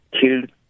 killed